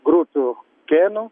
grupių genų